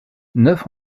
neuf